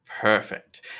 Perfect